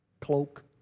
cloak